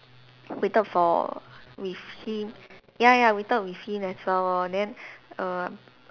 waited for with him ya ya waited for with him as well lor then err